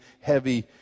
heavy